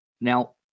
now